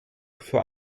für